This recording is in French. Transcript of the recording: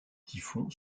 typhon